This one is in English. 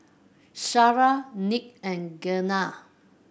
Shara Nick and Gena